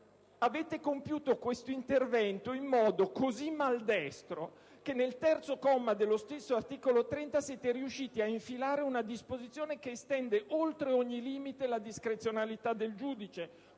avete compiuto questo intervento in modo così maldestro che, nel comma 3 dello stesso articolo 30, siete riusciti a infilare una disposizione che estende oltre ogni limite la discrezionalità del giudice,